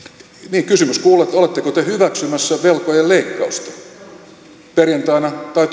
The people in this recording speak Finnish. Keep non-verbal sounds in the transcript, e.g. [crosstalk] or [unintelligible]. niin kysymys kuuluu oletteko te hyväksymässä velkojen leikkausta perjantaina tai [unintelligible]